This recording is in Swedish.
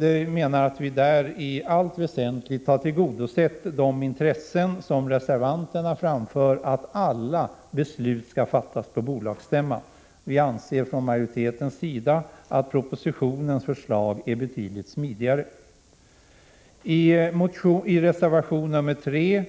Vi menar att detta i allt väsentligt har tillgodosett de intressen som reservanterna vill skydda när de framför att alla beslut skall fattas på bolagsstämman. Vi anser från majoritetens sida att propositionens förslag är betydligt smidigare. Prot. 1986/87:130 I reservation nr 3